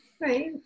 right